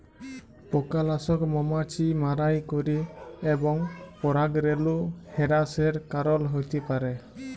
পকালাসক মমাছি মারাই ক্যরে এবং পরাগরেলু হেরাসের কারল হ্যতে পারে